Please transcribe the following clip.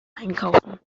einkaufen